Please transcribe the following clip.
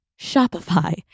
Shopify